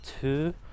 two